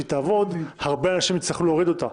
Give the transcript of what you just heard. כדי שהיא תעבוד הרבה אנשים יצטרכו להוריד אותה,